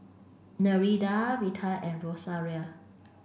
Nereida Vita and Rosaria